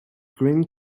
grand